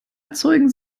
erzeugen